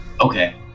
Okay